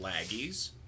Laggies